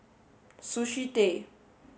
Sushi Tei